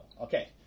Okay